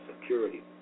security